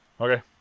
Okay